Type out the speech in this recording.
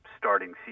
starting